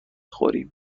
خوریم